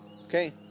Okay